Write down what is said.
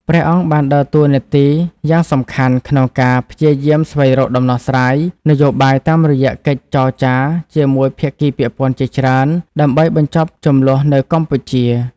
ព្រះអង្គបានដើរតួនាទីយ៉ាងសំខាន់ក្នុងការព្យាយាមស្វែងរកដំណោះស្រាយនយោបាយតាមរយៈកិច្ចចរចាជាមួយភាគីពាក់ព័ន្ធជាច្រើន ដើម្បីបញ្ចប់ជម្លោះនៅកម្ពុជា។